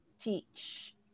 teach